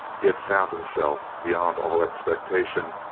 he had found himself, beyond all expectation,